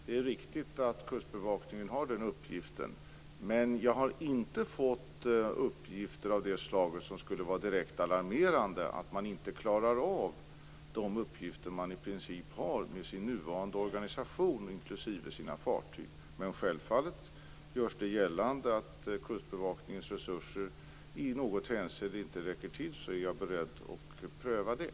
Fru talman! Det är riktigt att Kustbevakningen har den uppgiften. Men jag har inte fått några uppgifter av det slag som skulle vara direkt alarmerande att man inte klarar av de uppgifter man i princip har med sin nuvarande organisation, inklusive sina fartyg. Om det görs gällande att Kustbevakningens resurser i något hänseende inte räcker till är jag självfallet beredd att pröva det.